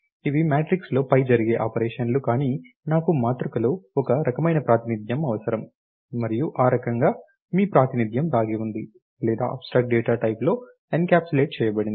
ఇవి మాట్రిక్స్లో పై జరిగే ఆపరేషన్లు కానీ నాకు మాతృకలో ఒక రకమైన ప్రాతినిధ్యం అవసరం మరియు ఆ రకంగా మీ ప్రాతినిధ్యం దాగి ఉంది లేదా అబ్స్ట్రాక్ట్ డేటా టైప్లో ఎన్క్యాప్సులేట్ చేయబడింది